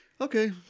Okay